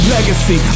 Legacy